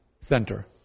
Center